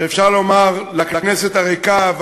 שאפשר לומר לכנסת הריקה,